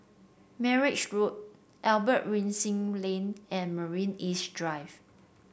Marang Road Albert Winsemius Lane and Marina East Drive